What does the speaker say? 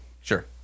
sure